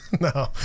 No